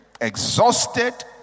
Exhausted